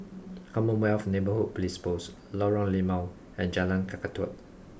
Commonwealth Neighbourhood Police Post Lorong Limau and Jalan Kakatua